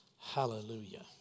Hallelujah